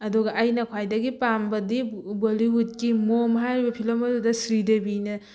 ꯑꯗꯨꯒ ꯑꯩꯅ ꯈ꯭ꯋꯥꯏꯗꯒꯤ ꯄꯥꯝꯕꯗꯤ ꯕꯣꯂꯤꯋꯨꯠꯀꯤ ꯃꯣꯝ ꯍꯥꯏꯔꯤꯕ ꯐꯤꯂꯝ ꯑꯗꯨꯗ ꯁ꯭ꯔꯤꯗꯦꯕꯤꯅ